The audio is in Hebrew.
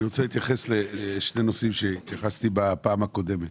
אני רוצה להתייחס לשני נושאים שהתייחסתי בפעם הקודמת